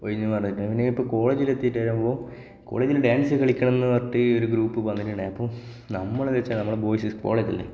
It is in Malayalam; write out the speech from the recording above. ഒഴിഞ്ഞു മാറി നിന്നു പിന്നെ ഇപ്പോൾ കോളേജിൽ എത്തിയിട്ടാവുമ്പോൾ കോളേജിൽ ഡാൻസ് കളിക്കണം എന്ന് പറഞ്ഞിട്ട് ഒരു ഗ്രൂപ്പ് വന്നിട്ടുണ്ടായിരുന്നു നമ്മൾ എന്ന് വച്ചാൽ നമ്മൾ ബോയ്സിസ് കോളേജ് അല്ലെ